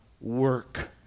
Work